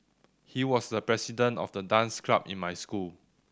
he was the president of the dance club in my school